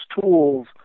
tools